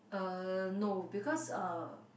uh no because uh